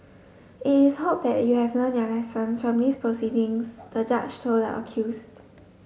it is hoped that you have learnt your lessons from these proceedings the judge told the accused